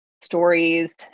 stories